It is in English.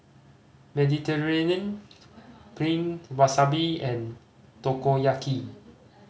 Mediterranean Penne Wasabi and Takoyaki